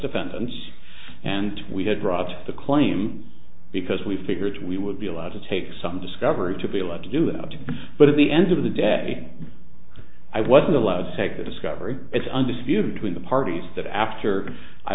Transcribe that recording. defendants and we had brought the claims because we figured we would be allowed to take some discovery to be allowed to do them but at the end of the day i wasn't allowed to take the discovery it's undisputed two in the parties that after i